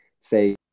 say